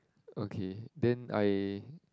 okay then I